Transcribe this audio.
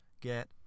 get